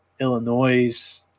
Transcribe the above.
Illinois